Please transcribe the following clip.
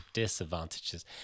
Disadvantages